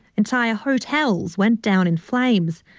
entire hotels went down in flames,